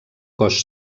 cos